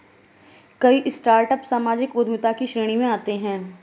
कई स्टार्टअप सामाजिक उद्यमिता की श्रेणी में आते हैं